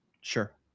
Sure